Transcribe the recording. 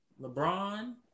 LeBron